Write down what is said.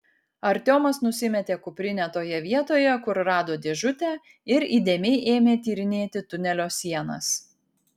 artiomas nusimetė kuprinę toje vietoje kur rado dėžutę ir įdėmiai ėmė tyrinėti tunelio sienas